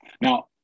Now